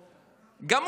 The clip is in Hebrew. גם הוא היה שר